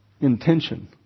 intention